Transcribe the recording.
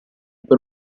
per